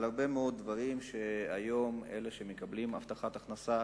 על הרבה מאוד דברים שהיום יש לאלה שמקבלים הבטחת הכנסה.